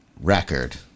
record